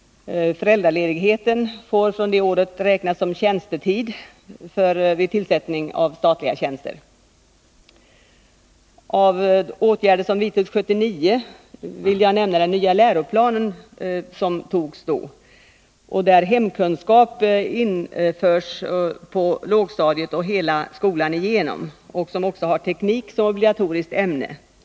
Föräldraledigheten får från 1978 räknas som tjänstetid vid tillsättning av statliga tjänster. Av de åtgärder som vidtogs 1979 vill jag nämna den nya läroplanen, där hemkunskap infördes på lågstadiet och hela skolan igenom och som också har teknik som obligatoriskt ämne.